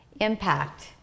impact